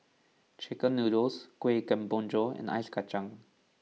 Chicken Noodles Kuih Kemboja and Ice Kachang